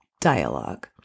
dialogue